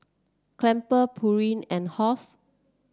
Crumpler Pureen and Halls